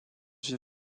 une